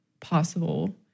possible